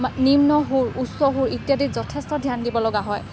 নিম্ন সুৰ উচ্চ সুৰ ইত্যাদিত যথেষ্ট ধ্যান দিব লগা হয়